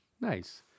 Nice